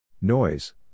Noise